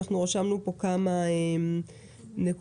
רשמנו פה כמה נקודות.